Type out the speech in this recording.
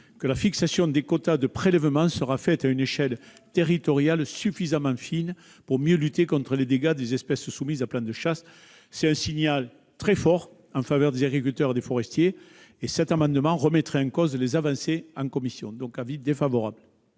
que la fixation des quotas de prélèvement sera faite à une échelle territoriale suffisamment fine, pour mieux lutter contre les dégâts des espèces soumises à un plan de chasse. Il s'agit d'un signal très fort en faveur des agriculteurs et des forestiers. L'adoption de cet amendement remettrait en cause les avancées obtenues en commission. La commission émet